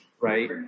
right